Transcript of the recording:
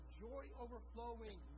joy-overflowing